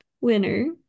winner